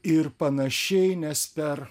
ir panašiai nes per